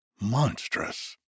monstrous